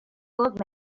old